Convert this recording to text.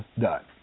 done